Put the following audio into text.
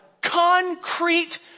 concrete